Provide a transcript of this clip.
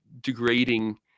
degrading